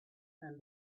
and